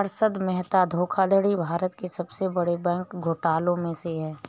हर्षद मेहता धोखाधड़ी भारत के सबसे बड़े बैंक घोटालों में से है